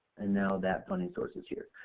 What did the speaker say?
and now that funding source is here.